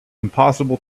impossible